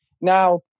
Now